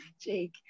Jake